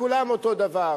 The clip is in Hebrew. לכולם אותו דבר.